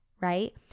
right